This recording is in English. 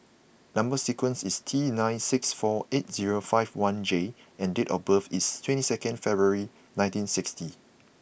number sequence is T nine six four eight zero five one J and date of birth is twenty second February nineteen sixty